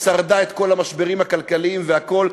שרדה את כל המשברים הכלכליים והכול,